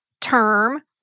term